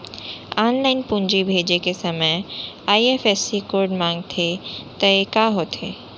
Online पूंजी भेजे के समय आई.एफ.एस.सी कोड माँगथे त ये ह का होथे?